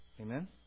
Amen